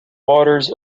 waters